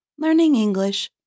learningenglish